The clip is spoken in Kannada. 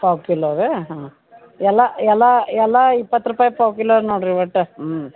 ಪಾವು ಕಿಲೋ ರಿ ಹಾಂ ಎಲ್ಲ ಎಲ್ಲ ಎಲ್ಲ ಇಪ್ಪತ್ತು ರೂಪಾಯಿ ಪಾವು ಕಿಲೋ ನೋಡಿರಿ ಒಟ್ಟು ಹ್ಞೂ